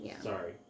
Sorry